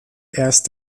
erst